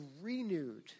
renewed